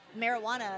marijuana